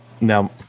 now